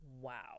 Wow